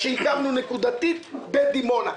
שאיתרנו נקודתית בדימונה.